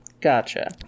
Gotcha